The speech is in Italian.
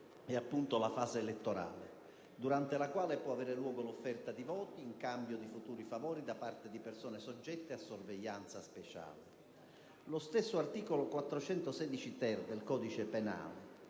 la fase elettorale, durante la quale può aver luogo l'offerta di voti in cambio di futuri favori da parte di persone soggette a sorveglianza speciale. Lo stesso articolo 416-*ter* del codice penale,